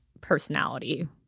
personality